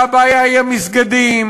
והבעיה היא המסגדים,